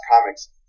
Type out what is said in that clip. comics